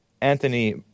Anthony